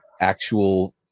actual